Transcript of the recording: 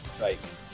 Right